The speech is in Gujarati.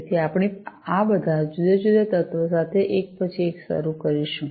તેથી આપણે આ બધા જુદા જુદા તત્વો સાથે એક પછી એક શરૂ કરીશું